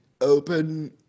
open